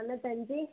தொண்ணுத்தஞ்சு